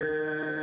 לילדים,